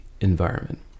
environment